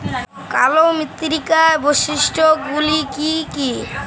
কালো মৃত্তিকার বৈশিষ্ট্য গুলি কি কি?